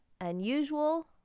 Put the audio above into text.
unusual